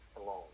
alone